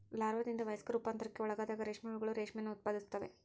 ಲಾರ್ವಾದಿಂದ ವಯಸ್ಕ ರೂಪಾಂತರಕ್ಕೆ ಒಳಗಾದಾಗ ರೇಷ್ಮೆ ಹುಳುಗಳು ರೇಷ್ಮೆಯನ್ನು ಉತ್ಪಾದಿಸುತ್ತವೆ